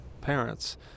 parents